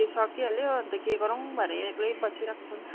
त्यो सकिइहाल्यो अनि त के गरौँ भनेर एक्लै बसिराको छु नि त